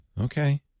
Okay